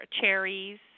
cherries